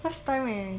first time leh